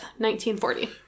1940